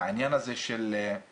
העניין הזה היום,